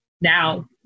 now